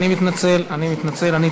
אני מתנצל, אני מתנצל.